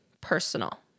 personal